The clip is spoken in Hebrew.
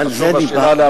לכן חשובה השאלה,